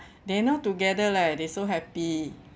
they're not together leh they so happy